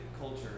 culture